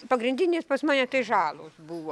pagrindinės pas mane tai žalos buvo